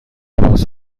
باز